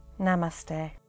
Namaste